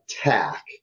attack